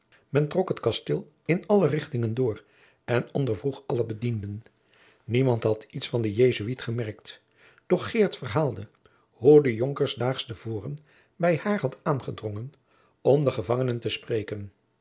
men trok het kasteel in alle richtingen door en ondervroeg alle bedienden niemand had iets van den jesuit gemerkt doch geert verhaalde hoe de jonker s daags te voren bij haar had aangedrongen om den gevangenen te spreken